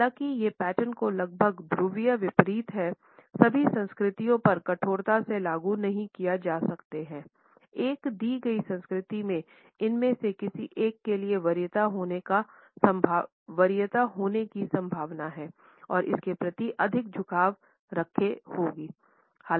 हालांकि ये पैटर्न जो लगभग ध्रुवीय विपरीत हैं सभी संस्कृतियों पर कठोरता से लागू नहीं किए जा सकते हैं एक दी गई संस्कृति में इनमें से किसी एक के लिए वरीयता होने की संभावना है और इसके प्रति अधिक झुकाव रखें होगी